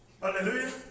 Hallelujah